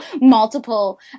multiple